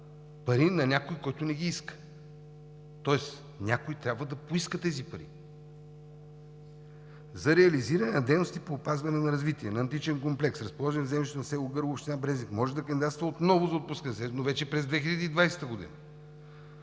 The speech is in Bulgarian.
пари на някого, който не ги иска, тоест някой трябва да поиска тези пари. За реализиране на дейности по опазване и развитие на античен комплекс, разположен в землището на село Гърло, Община Брезник може да кандидатства отново за отпускане, но вече през 2020 г.